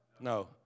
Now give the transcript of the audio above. No